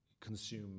consume